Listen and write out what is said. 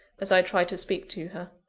as i tried to speak to her.